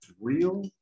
real